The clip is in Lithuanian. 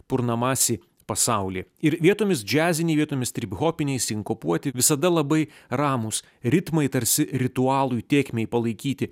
purnamasi pasaulį ir vietomis džiaziniai vietomis triphopiniai sinkopuoti visada labai ramūs ritmai tarsi ritualui tėkmei palaikyti